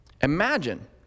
Imagine